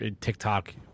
TikTok